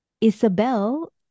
Isabel